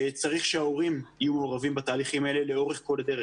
צריך שההורים יהיו מעורבים בתהליכים האלה לאורך כל הדרך.